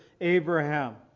Abraham